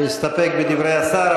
להסתפק בדברי השר.